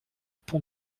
pont